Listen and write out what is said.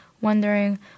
wondering